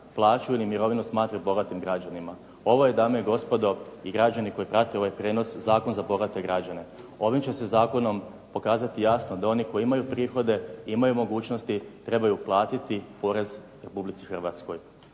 plaću ili mirovinu smatraju bogatim građanima. Ovo je dame i gospodo i građani koji prate ovaj prijenos zakon za bogate građane. Ovim će se zakonom pokazati jasno da oni koji imaju prihode, imaju mogućnosti i trebaju platiti porez Republici Hrvatskoj.